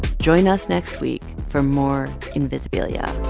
join us next week for more invisibilia